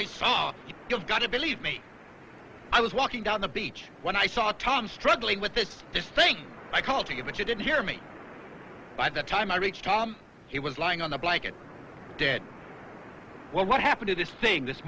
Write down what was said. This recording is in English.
i saw you've got to believe me i was walking down the beach when i saw tom struggling with this this thing i call to you but you didn't hear me by the time i reached home he was lying on the blanket dead well what happened to this thing this